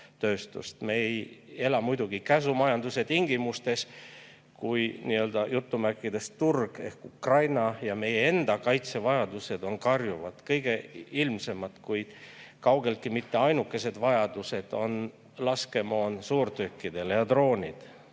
Me ei ela muidugi käsumajanduse tingimustes, kui "turu" ehk Ukraina ja meie enda kaitsevajadused on karjuvad. Kõige ilmsemad, kuid kaugeltki mitte ainukesed vajadused on laskemoon suurtükkidele ja droonid,